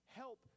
help